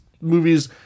movies